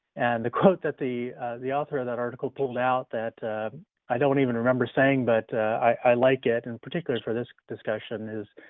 and the quote that the the author of that article pulled out that i don't even remember saying but i like it in and particular for this discussion is